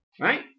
right